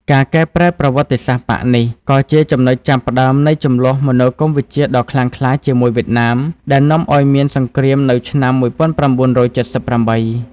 ការកែប្រែប្រវត្តិសាស្ត្របក្សនេះ ក៏ជាចំណុចចាប់ផ្ដើមនៃជម្លោះមនោគមវិជ្ជាដ៏ខ្លាំងក្លាជាមួយវៀតណាម ដែលនាំឱ្យមានសង្គ្រាមនៅឆ្នាំ១៩៧៨។